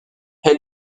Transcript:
elle